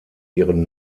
ihren